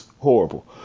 horrible